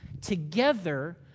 together